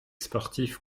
sportifs